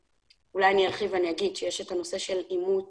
אולי אני ארחיב ואני אומר שיש את הנושא של אימות